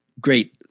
great